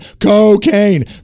cocaine